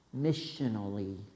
missionally